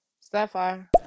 Sapphire